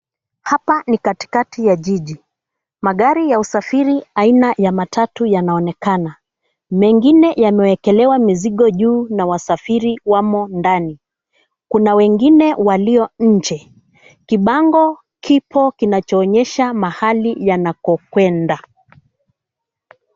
Hapa ni katikati ya jiji magari ya usafiri aina ya matatu yanaonekana. Mengine yamewekelewa mizigo juu na wasafiri wamo ndani. Kuna wengine walio nje kibango kipo kinachoonyesha mahali yanako kwenda.